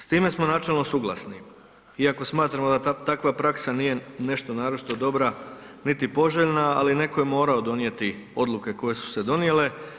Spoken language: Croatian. S time smo načelo suglasni iako smatramo da takva praksa nije nešto naročito dobra, niti poželjna, ali neko je morao donijeti odluke koje su se donijele.